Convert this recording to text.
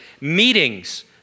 Meetings